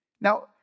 Now